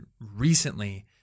recently